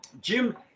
Jim